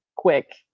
quick